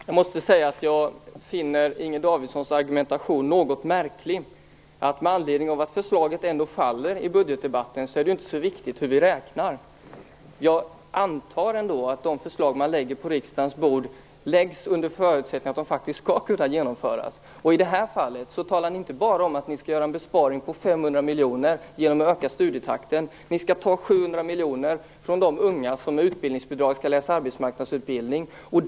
Herr talman! Jag måste säga att jag finner Inger Davidsons argumentation något märklig: Med anledning av att förslaget ändå faller i samband med budgetdebatten är det inte så viktigt hur ni räknar. Jag antar att de förslag man lägger på riksdagens bord läggs fram under förutsättning att de faktiskt skall kunna genomföras. I detta fall talar ni inte bara om att ni skall göra en besparing på 500 miljoner genom att öka studietakten, ni skall också ta 700 miljoner från de unga som skall läsa arbetsmarknadsutbildning med utbildningsbidrag.